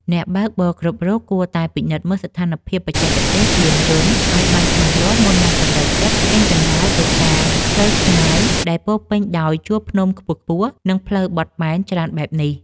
អ្នកបើកបរគ្រប់រូបគួរតែពិនិត្យមើលស្ថានភាពបច្ចេកទេសយានយន្តឱ្យបានច្បាស់លាស់មុននឹងសម្រេចចិត្តចេញដំណើរទៅតាមផ្លូវឆ្ងាយដែលពោរពេញដោយជួរភ្នំខ្ពស់ៗ និង ផ្លូវបត់បែនច្រើនបែបនេះ។